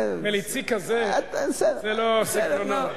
מליצי כזה, זה לא סגנונו.